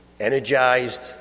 Energized